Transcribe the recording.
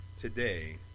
today